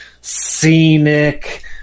scenic